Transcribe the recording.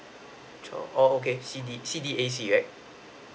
child oh okay C_D C_D_A_C right